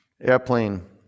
airplane